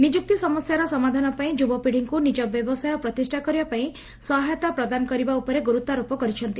ନିଯ୍ବକ୍ତି ସମସ୍ୟାର ସମାଧାନପାଇଁ ଯୁବପିଢ଼ିଙ୍କୁ ନିଜ ବ୍ୟବସାୟ ପ୍ରତିଷା କରିବାପାଇଁ ସହାୟତା ପ୍ରଦାନ କରିବା ଉପରେ ଗୁରୁତ୍ୱାରୋପ କରିଛନ୍ତି